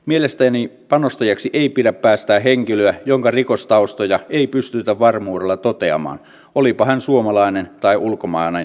mielestäni panostajaksi ei pidä päästää henkilöä jonka rikostaustoja ei pystytä varmuudella toteamaan olipa hän suomalainen tai ulkomaalainen henkilö